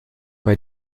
bei